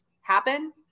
happen